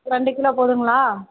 ரெண்டு கிலோ போதுங்களா